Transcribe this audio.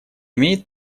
имеет